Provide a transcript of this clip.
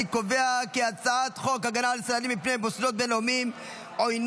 אני קובע כי הצעת חוק ההגנה על ישראלים מפני מוסדות בין-לאומיים עוינים,